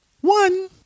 One